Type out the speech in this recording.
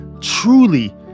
Truly